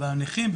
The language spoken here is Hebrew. הנכים,